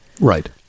Right